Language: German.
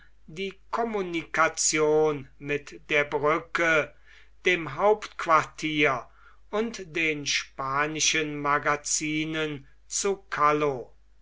die communication mit der brücke dem hauptquartier und den spanischen magazinen zu